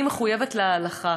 אני מחויבת להלכה,